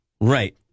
Right